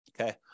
Okay